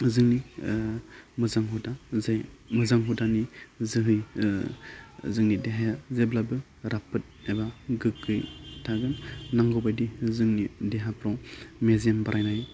जोंनि मोजां हुदा जाय मोजां हुदानि जोहै जोंनि देहाया जेब्लाबो राफोद एबा गोग्गो थागोन नांगौबादि जोंनि देहाफ्राव मेजेम बारायनाय